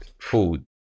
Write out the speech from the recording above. food